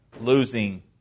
losing